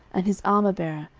and his armourbearer,